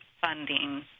funding